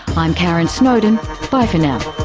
i'm karon snowdon. bye for